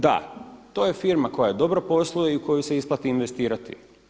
Da, to je firma koja dobro posluje i u koju se isplati investirati.